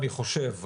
אני חושב,